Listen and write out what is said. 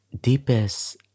deepest